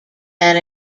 that